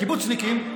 הקיבוצניקים,